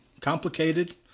Complicated